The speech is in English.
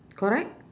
correct